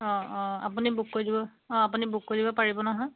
অঁ অঁ আপুনি বুক কৰি দিব অঁ আপুনি বুক কৰি দিব পাৰিব নহয়